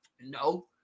No